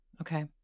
Okay